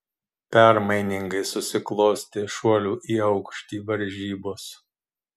permainingai susiklostė šuolių į aukštį varžybos